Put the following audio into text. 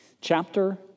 chapter